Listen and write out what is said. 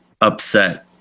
upset